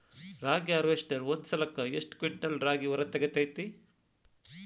ರಾಗಿಯ ಹಾರ್ವೇಸ್ಟರ್ ಒಂದ್ ಸಲಕ್ಕ ಎಷ್ಟ್ ಕ್ವಿಂಟಾಲ್ ರಾಗಿ ಹೊರ ತೆಗಿತೈತಿ?